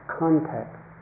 context